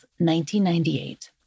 1998